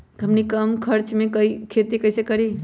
हमनी कम खर्च मे खेती कई से करी?